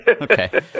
Okay